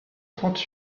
trente